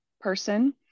person